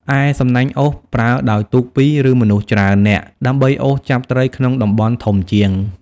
ឯ សំណាញ់អូស ប្រើដោយទូកពីរ ឬមនុស្សច្រើននាក់ដើម្បីអូសចាប់ត្រីក្នុងតំបន់ធំជាង។